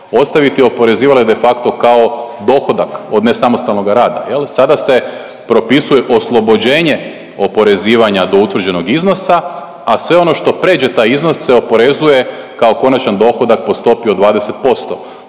ostaviti oporezivale de facto kao dohodak od nesamostalnog rada. Sada se propisuje oslobođenje oporezivanja do utvrđenog iznosa, a sve ono što prijeđe taj iznos se oporezuje kao konačan dohodak po stopi od 20%.